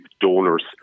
donors